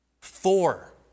four